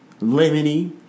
lemony